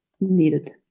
needed